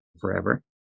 forever